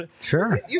Sure